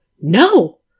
No